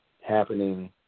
Happening